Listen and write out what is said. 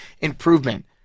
improvement